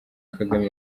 kagame